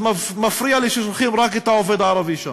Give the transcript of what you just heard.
מפריע לי ששולחים רק את העובד הערבי שם.